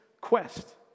quest